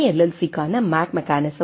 சிக்கான மேக் மெக்கானிசம் உள்ளது